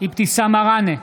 אבתיסאם מראענה,